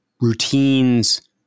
routines